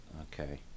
Okay